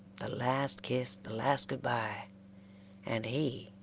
the last kiss, the last good-by and he,